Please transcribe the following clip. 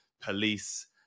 police